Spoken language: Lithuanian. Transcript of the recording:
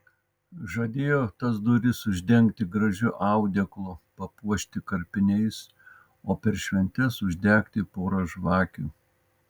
žadėjo tas duris uždengti gražiu audeklu papuošti karpiniais o per šventes uždegti porą žvakių